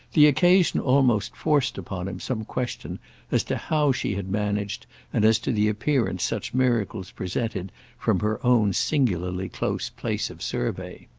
the occasion almost forced upon him some question as to how she had managed and as to the appearance such miracles presented from her own singularly close place of survey.